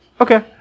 Okay